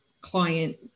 client